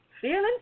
Feeling